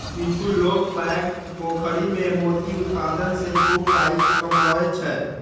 किछु लोक पैघ पोखरि मे मोती उत्पादन सं खूब पाइ कमबै छै